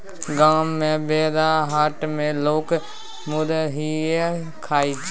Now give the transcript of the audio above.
गाम मे बेरहट मे लोक मुरहीये खाइ छै